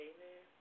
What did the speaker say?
Amen